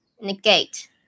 negate